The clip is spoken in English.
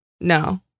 No